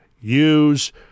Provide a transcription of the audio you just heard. use